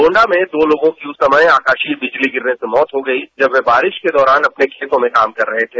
गोंडा में दो लोगों की उस समय आकाशीय बिजली गिरने से मौत हो गई जब वे बारिश के दौरान अपने खेतों में काम कर रहे थे